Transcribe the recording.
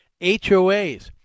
HOAs